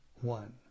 one